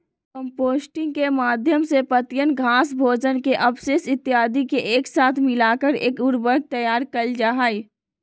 composting के माध्यम से पत्तियन, घास, भोजन के अवशेष इत्यादि के एक साथ मिलाकर एक उर्वरक तैयार कइल जाहई